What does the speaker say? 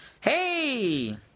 Hey